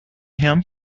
him